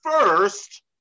first